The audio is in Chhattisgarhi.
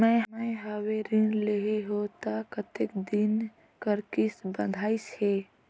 मैं हवे ऋण लेहे हों त कतेक दिन कर किस्त बंधाइस हे?